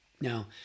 now